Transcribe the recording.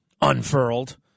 unfurled